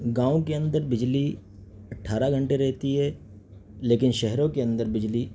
گاؤں کے اندر بجلی اٹھارہ گھنٹے رہتی ہے لیکن شہروں کے اندر بجلی